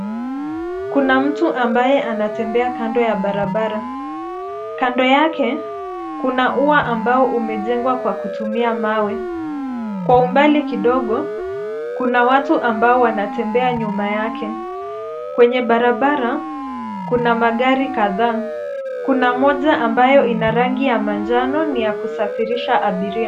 Kuna mtu ambaye anatembea kando ya barabara. Kando yake kuna ua ambao umejengwa kwa kutumia mawe. Kwa umbali kidogo kuna watu ambao wanatembea nyuma yake. Kwenye barabara kuna magari kadhaa. Kuna moja ambayo ina rangi ya manjano, ni ya kusafirisha abiria.